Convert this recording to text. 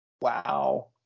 Wow